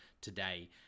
today